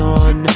on